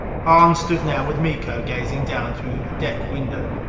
hahn stood now with miko, gazing down through a deck window.